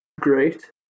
great